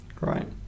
Right